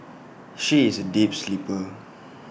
she is A deep sleeper